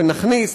נכניס,